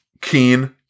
keen